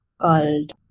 called